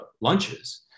lunches